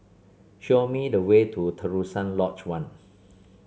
show me the way to Terusan Lodge One